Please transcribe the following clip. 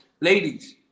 Ladies